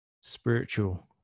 spiritual